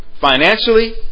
financially